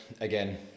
again